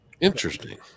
interesting